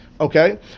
Okay